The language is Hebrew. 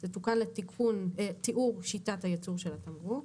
יבוא "תיאור שיטת הייצור של התמרוק".